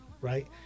Right